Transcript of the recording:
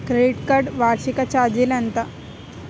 Credit card వార్షిక ఛార్జీలు ఎంత?